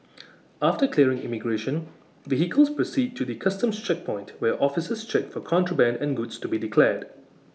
after clearing immigration vehicles proceed to the Customs checkpoint where officers check for contraband and goods to be declared